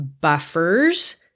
buffers